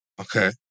Okay